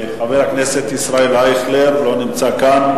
חבר הכנסת ישראל אייכלר, לא נמצא כאן.